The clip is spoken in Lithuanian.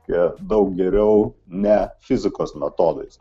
daug geriau ne fizikos metodais